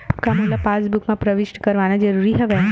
का मोला पासबुक म प्रविष्ट करवाना ज़रूरी हवय?